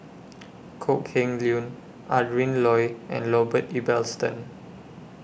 Kok Heng Leun Adrin Loi and Robert Ibbetson